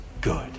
good